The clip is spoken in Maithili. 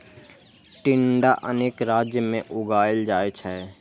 टिंडा अनेक राज्य मे उगाएल जाइ छै